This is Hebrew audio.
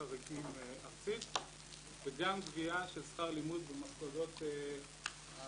חריגים ארצית וגם גביה של שכר לימוד במוסדות הלא-רשמיים.